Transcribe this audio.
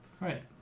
Right